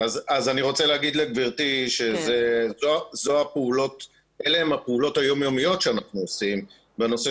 אני רוצה להגיד לגבירתי שאלה הן הפעולות היום יומיות שאנחנו עושים בנושא